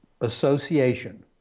association